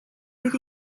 oedd